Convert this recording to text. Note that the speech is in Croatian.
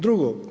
Drugo.